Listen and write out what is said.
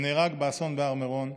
שנהרג באסון בהר מירון,